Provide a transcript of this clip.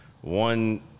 one